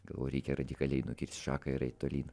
galvojau reikia radikaliai nukirsti šaką ir eiti tolyn